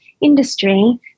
industry